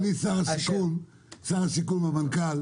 אדוני שר הבינוי והשיכון ואדוני המנכ"ל,